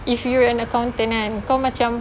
if you are an accountant kan kau macam